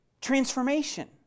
Transformation